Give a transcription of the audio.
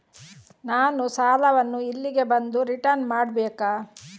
ನಾನು ಸಾಲವನ್ನು ಇಲ್ಲಿಗೆ ಬಂದು ರಿಟರ್ನ್ ಮಾಡ್ಬೇಕಾ?